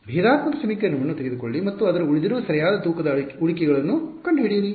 ಭೇದಾತ್ಮಕ ಸಮೀಕರಣವನ್ನು ತೆಗೆದುಕೊಳ್ಳಿ ಮತ್ತು ಅದರ ಉಳಿದಿರುವ ಸರಿಯಾದ ತೂಕದ ಉಳಿಕೆಗಳನ್ನು ಕಂಡುಹಿಡಿಯಿರಿ